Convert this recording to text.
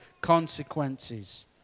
consequences